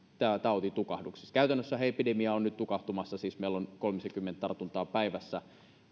tämä tauti tukahduksissa käytännössähän epidemia on nyt tukahtumassa siis meillä on kolmisenkymmentä tartuntaa päivässä